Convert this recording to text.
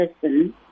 person